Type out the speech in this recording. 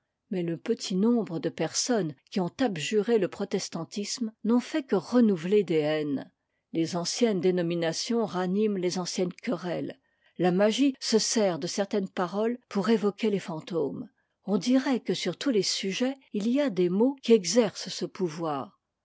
mais le petit nombre de personnes qui ont abjuré le protestantisme n'ont fait que renouveler des haines les anciennes dénominations raniment les anciennes querelles la magie se sert de certaines paroles pour évoquer les fantômes on dirait que sur tous les sujets il y a des mots qui exercent ce pouvoir